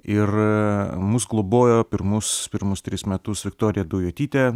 ir mus globojo pirmus pirmus tris metus viktorija daujotytė